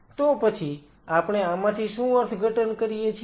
તો પછી આપણે આમાંથી શું અર્થઘટન કરીએ છીએ